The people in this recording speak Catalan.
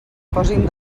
posin